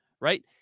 Right